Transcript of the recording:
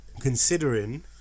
considering